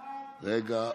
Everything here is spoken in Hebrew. הצבעה.